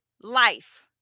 life